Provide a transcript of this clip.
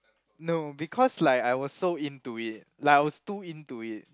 no because like I was so into it like I was too into it